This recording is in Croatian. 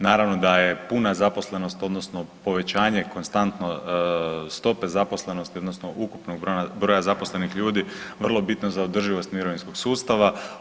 Naravno da je puna zaposlenost odnosno povećanje konstantno stope zaposlenosti odnosno ukupnog broja zaposlenih ljudi vrlo bitno za održivost mirovinskog sustava.